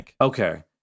Okay